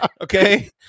Okay